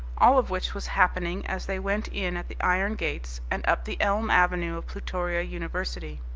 all of which was happening as they went in at the iron gates and up the elm avenue of plutoria university.